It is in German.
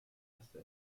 erste